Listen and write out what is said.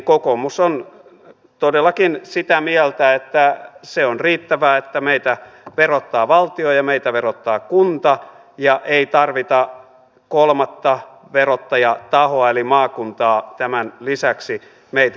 kokoomus on todellakin sitä mieltä että se on riittävää että meitä verottaa valtio ja meitä verottaa kunta ja ei tarvita kolmatta verottajatahoa eli maakuntaa tämän lisäksi meitä verottamaan